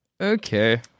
Okay